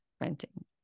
renting